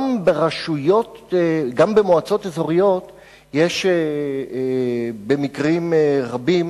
גם במועצות אזוריות יש במקרים רבים,